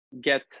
get